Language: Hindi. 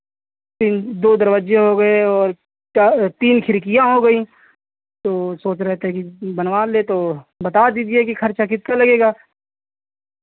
तीन दो दरवाजे हो गए और चार तीन खिड़कियाँ हो गईं तो सोच रहे थे कि बनवा लें तो बता दीजिए कि खर्चा कितना लगेगा